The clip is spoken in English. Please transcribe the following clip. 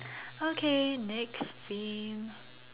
okay next theme